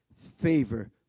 favor